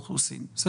יותר.